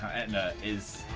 etna is.